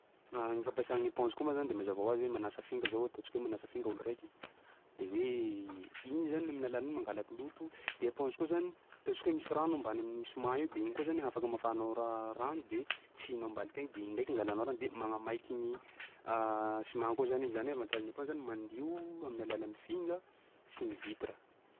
Gny fampiasa gny éponge koa moa zany de mazava hoazy hoe manasa finga zao, ataontsika hoe manasa finga olo raiky de hoe igny zany amin'ny alalan'iny mangalaky loto. De éponge koa zany, ataontsika hoe misy rano ao ambany amin'ny siman eo de igny koa zany hafaka hamafanao ra- rano de tsihinao ambaliky agny de igny ndraiky angalanao rano de magnamaiky gny siman koa zan izy. Zany hoe avantagen'ny éponge zany mandio amin'ny alalan'ny finga sy ny vitre.